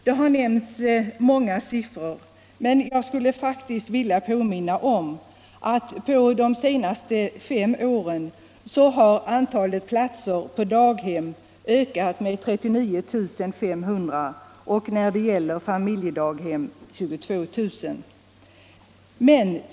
Det har nämnts många siffror, men jag skulle faktiskt vilja påminna om att under de senaste fem åren har antalet platser på daghem ökat med 39 500 och i familjedaghem med 22 000.